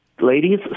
ladies